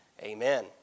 amen